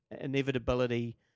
inevitability